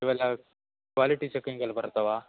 ಇವೆಲ್ಲ ಕ್ವಾಲಿಟಿ ಚೆಕಿಂಗಲ್ಲಿ ಬರ್ತಾವಾ